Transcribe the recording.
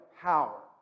power